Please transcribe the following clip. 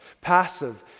passive